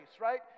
right